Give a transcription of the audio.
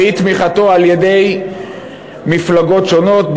או אי-תמיכה בו על-ידי מפלגות שונות,